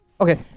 Okay